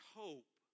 hope